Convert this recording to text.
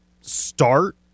start